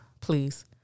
Please